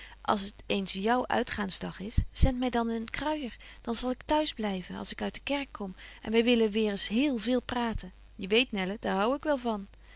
als het eens jou uitgaans dag is zendt my dan een kruijer dan zal ik t'huis blyven als ik uit de kerk kom en wy willen weêr eens heel veel praten je weet nelle daar hou ik wel van